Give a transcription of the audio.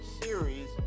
series